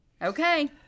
Okay